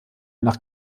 nach